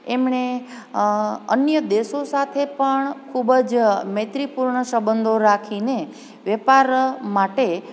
એમણે અન્ય દેશો સાથે પણ ખૂબજ મૈત્રીપૂર્ણ સબંધો રાખીને વેપાર માટે